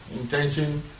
intention